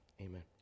Amen